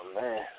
man